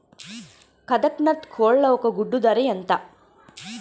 కదక్నత్ కోళ్ల ఒక గుడ్డు ధర ఎంత?